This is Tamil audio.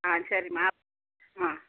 ஆ சரிம்மா ஆ